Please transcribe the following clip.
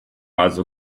also